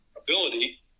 ability